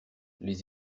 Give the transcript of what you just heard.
les